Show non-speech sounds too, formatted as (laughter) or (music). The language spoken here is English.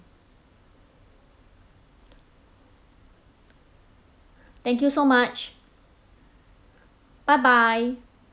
(breath) thank you so much bye bye